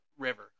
river